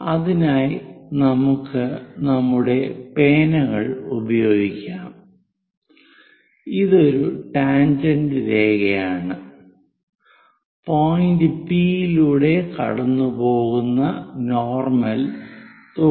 അതിനായി നമുക്ക് നമ്മുടെ പേനകൾ ഉപയോഗിക്കാം ഇതൊരു ടാൻജെന്റ് രേഖയാണ് പോയിന്റ് പി യിലൂടെ കടന്നുപോകുന്ന നോർമൽ 90⁰ ആണ്